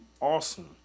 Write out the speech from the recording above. awesome